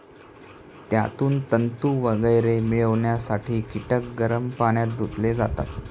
त्यातून तंतू वगैरे मिळवण्यासाठी कीटक गरम पाण्यात धुतले जातात